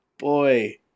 Boy